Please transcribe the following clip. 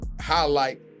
highlight